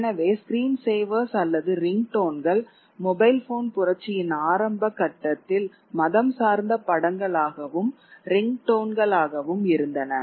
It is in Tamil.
எனவே ஸ்கிரீன் சேவர்ஸ் அல்லது ரிங் டோன்கள் மொபைல் போன் புரட்சியின் ஆரம்பகட்டத்தில் மதம் சார்ந்த படங்களாகவும் ரிங்டோன்களாக இருந்தன